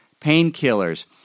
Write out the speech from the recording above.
painkillers